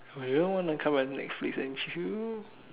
do you want to come and Netflix and chill